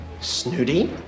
Snooty